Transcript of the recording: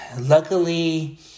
luckily